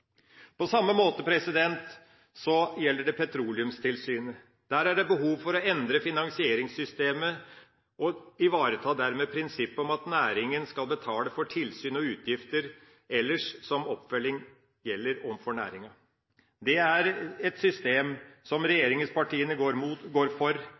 På samme måte gjelder det Petroleumstilsynet. Der er det behov for å endre finansieringssystemet og dermed ivareta prinsippet om at næringa skal betale for tilsyn og utgifter, og ellers oppfølging som gjelder overfor næringa. Det er et system regjeringspartiene går for.